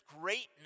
greatness